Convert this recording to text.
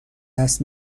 دست